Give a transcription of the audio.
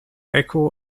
echo